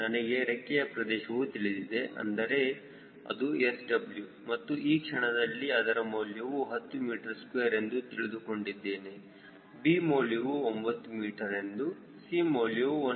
ನನಗೆ ರೆಕ್ಕೆಯ ಪ್ರದೇಶವು ತಿಳಿದಿದೆ ಅಂದರೆ ಅದು SW ಮತ್ತು ಈ ಕ್ಷಣದಲ್ಲಿ ಅದರ ಮೌಲ್ಯವನ್ನು 10 m2 ಎಂದು ತೆಗೆದುಕೊಂಡಿದ್ದೇನೆ b ಮೌಲ್ಯವು 9 m ಎಂದು c ಮೌಲ್ಯವು 1